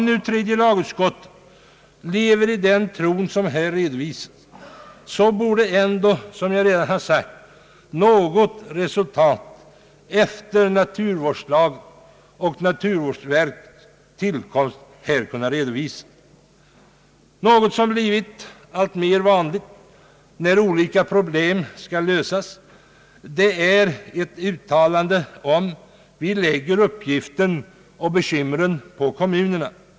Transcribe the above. Om tredje lagutskottet lever i den tro som redovisas i utlåtandet, borde ändå som jag redan har sagt något resultat efter naturvårdslagens och naturvårdsverkets tillkomst kunna redovi Sas. Det har blivit alltmer vanligt när olika problem skall lösas att säga: Vi lägger uppgiften och bekymren på kommunerna.